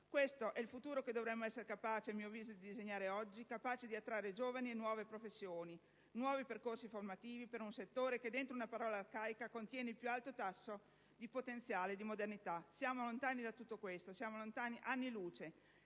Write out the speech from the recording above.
Questo è il futuro che dovremmo essere capaci a mio avviso di disegnare oggi, per attrarre giovani e nuove professioni, per individuare nuovi percorsi formativi per un settore che, dentro una parola arcaica, contiene il più alto tasso di potenziale di modernità. Siamo lontani anni luce da tutto a questo.